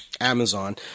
Amazon